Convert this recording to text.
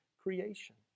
creation